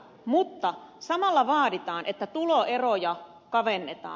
mutta samalla vaaditaan että tuloeroja kavennetaan